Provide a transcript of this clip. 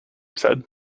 said